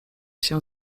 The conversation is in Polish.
się